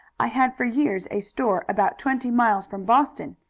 i had for years a store about twenty miles from boston.